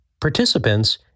participants